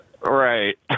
Right